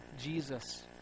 Jesus